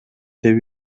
деп